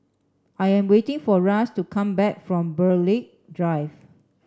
I am waiting for Ras to come back from Burghley Drive